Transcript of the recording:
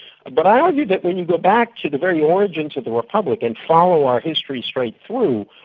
but i argue that when you go back to the very origins of the republic and follow our history straight through,